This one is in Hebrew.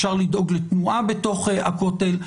אפשר לדאוג לתנועה בתוך הכותל.